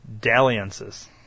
Dalliances